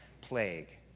plague